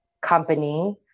company